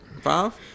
Five